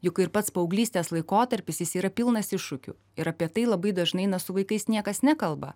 juk ir pats paauglystės laikotarpis jis yra pilnas iššūkių ir apie tai labai dažnai na su vaikais niekas nekalba